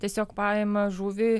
tiesiog paima žuvį